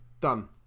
done